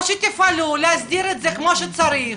או שתפעלו להסדיר את זה כמו שצריך